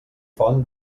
font